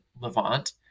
Levant